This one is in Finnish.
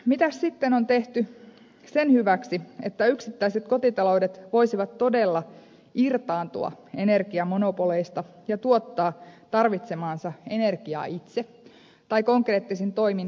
mitäs sitten on tehty sen hyväksi että yksittäiset kotitaloudet voisivat todella irtaantua energiamonopoleista ja tuottaa tarvitsemaansa energiaa itse tai konkreettisin toimin säästää sitä